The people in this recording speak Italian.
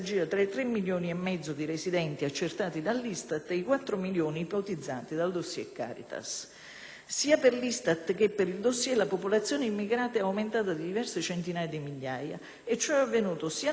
Sia per l'ISTAT che per il *dossier* Caritas, la popolazione immigrata è aumentata di diverse centinaia di migliaia e ciò è avvenuto sia nel 2007 sia, come ricordava il senatore Chiurazzi, nel 2008, senza regolarizzazioni e quote aggiuntive